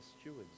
stewards